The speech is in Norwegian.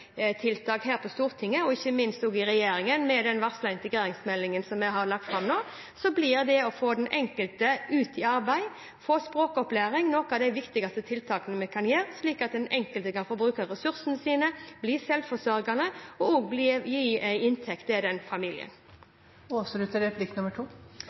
her på Stortinget og ikke minst i regjeringen, med den varslede integreringsmeldingen som vil bli lagt fram, å få den enkelte ut i arbeid og å gi språkopplæring, slik at den enkelte kan få bruke ressursene sine, bli selvforsørgende og også gi en inntekt til familien.